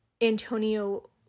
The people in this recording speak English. Antonio